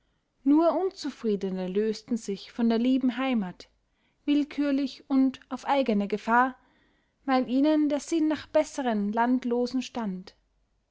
nur unzufriedene lösten sich von der lieben heimat willkürlich und auf eigene gefahr weil ihnen der sinn nach besseren landlosen stand